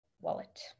Wallet